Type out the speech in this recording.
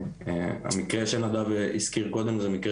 אז המקרה שנדב הזכיר קודם זה מקרה